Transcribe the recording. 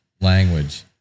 language